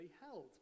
held